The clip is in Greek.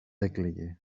έκλαιγε